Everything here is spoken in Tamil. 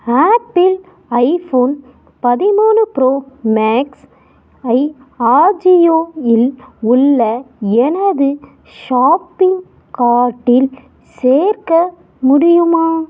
ஆப்பிள் ஐ ஃபோன் பதிமூணு ப்ரோ மேக்ஸ் ஐ ஆஜியோ இல் உள்ள எனது ஷாப்பிங் கார்ட்டில் சேர்க்க முடியுமா